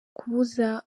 kubuza